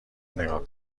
نگاه